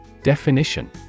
Definition